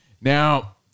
Now